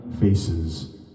faces